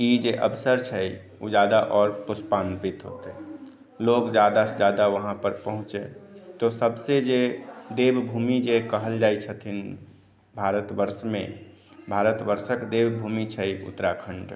ई जे अवसर छै ओ जादा आओर पुष्पान्वित हेतै लोग जादासँ जादा वहाँ पर पहुँचै तो सभसँ जे देव भूमि जे कहल जाइ छथिन भारतवर्षमे भारतवर्षक देवभूमि छै उत्तराखण्ड